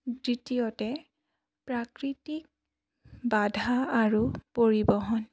দ্বিতীয়তে প্ৰাকৃতিক বাধা আৰু পৰিবহণ